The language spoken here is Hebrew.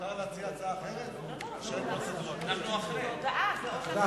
מותר להציע הצעה אחרת, או שאין פרוצדורה כזאת?